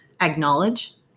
acknowledge